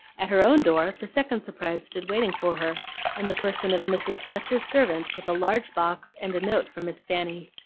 at her own door the second surprise stood waiting for her, in the person of mrs. fletcher's servant with a large box and a note from miss fanny.